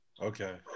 Okay